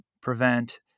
prevent